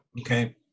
okay